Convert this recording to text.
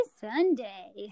sunday